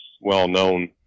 well-known